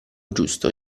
giusto